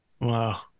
Wow